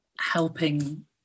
helping